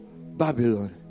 Babylon